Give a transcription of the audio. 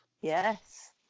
Yes